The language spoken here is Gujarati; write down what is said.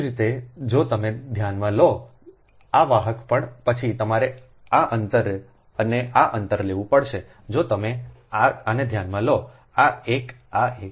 એ જ રીતે જો તમે આને ધ્યાનમાં લોઆ વાહક પણ પછી તમારે આ અંતર અને આ અંતર લેવું પડશે જો તમે આને ધ્યાનમાં લો આ એક આ એક